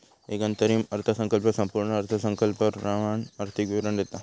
एक अंतरिम अर्थसंकल्प संपूर्ण अर्थसंकल्पाप्रमाण आर्थिक विवरण देता